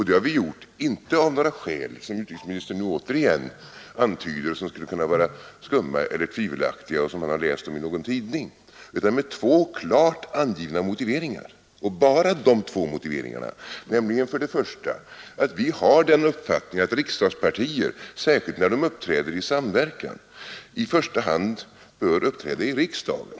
Det har vi gjort inte av några skäl — som utrikesministern nu återigen antyder — som skulle kunna vara skumma eller tvivelaktiga och som han har läst om i någon tidning, utan vi har gjort det med två klart angivna motiveringar och bara med dessa två motiveringar. Det första motivet är att vi har uppfattningen att riksdagspartier, särskilt när de uppträder i samverkan, i första hand bör uppträda i riksdagen.